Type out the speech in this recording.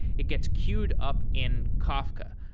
it gets queued up in kafka.